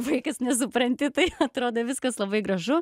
vaikas nesupranti tai atrodo viskas labai gražu